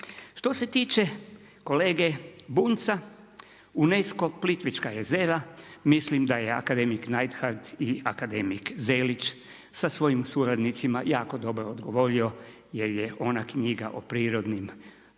Što se tiče kolege Bunjca UNESCO Plitvička jezera, mislim da je akademik Neidhardt i akademik Zelić sa svojim suradnicima jako dobro odgovorio jer je ona knjiga o prirodnim bogatstvima